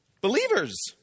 Believers